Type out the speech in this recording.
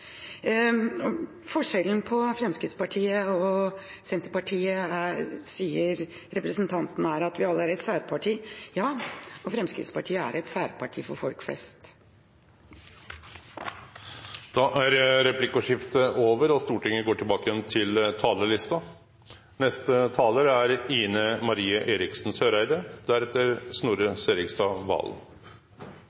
Forskjellen på Fremskrittspartiet og Senterpartiet – når representanten Brekk sier at vi alle er et særparti – er at Fremskrittspartiet er et særparti for folk flest. Replikkordskiftet er over.